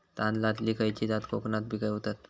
तांदलतली खयची जात कोकणात पिकवतत?